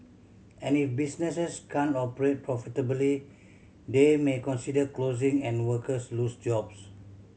and if businesses can't operate profitably they may consider closing and workers lose jobs